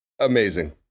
Amazing